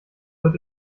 wird